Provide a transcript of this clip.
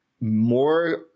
more